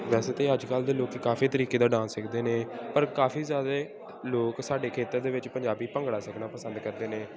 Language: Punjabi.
ਵੈਸੇ ਤਾਂ ਅੱਜ ਕੱਲ੍ਹ ਦੇ ਲੋਕ ਕਾਫੀ ਤਰੀਕੇ ਦਾ ਡਾਂਸ ਸਿਖਦੇ ਨੇ ਪਰ ਕਾਫੀ ਜ਼ਿਆਦਾ ਲੋਕ ਸਾਡੇ ਖੇਤਰ ਦੇ ਵਿੱਚ ਪੰਜਾਬੀ ਭੰਗੜਾ ਸਿੱਖਣਾ ਪਸੰਦ ਕਰਦੇ ਨੇ